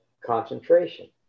concentration